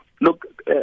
Look